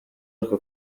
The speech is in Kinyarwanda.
ako